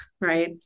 Right